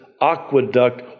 aqueduct